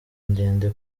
ndende